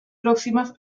próximas